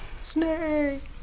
Snake